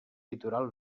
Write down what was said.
litoral